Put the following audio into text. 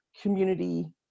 community